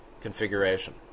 configuration